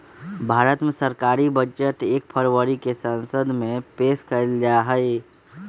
भारत मे सरकारी बजट एक फरवरी के संसद मे पेश कइल जाहई